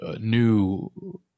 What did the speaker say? new